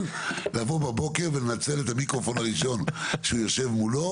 לבוא בבוקר ולנצל את המיקרופון הראשון שהוא יושב מולו.